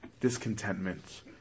Discontentment